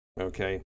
Okay